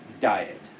diet